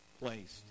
placed